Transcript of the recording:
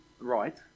right